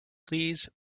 please